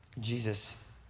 Jesus